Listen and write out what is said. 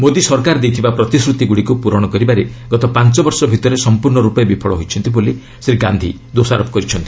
ମୋଦି ସରକାର ଦେଇଥିବା ପ୍ରତିଶ୍ରୁତିଗୁଡ଼ିଗୁ ପୂରଣ କରିବାରେ ଗତ ପାଞ୍ଚ ବର୍ଷ ଭିତରେ ସମ୍ପର୍ଶ୍ଣ ରୂପେ ବିଫଳ ହୋଇଛନ୍ତି ବୋଲି ଶ୍ରୀ ଗାନ୍ଧି ଦୋଷାରୋପ କରିଛନ୍ତି